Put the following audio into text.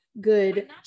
good